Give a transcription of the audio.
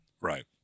Right